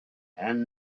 and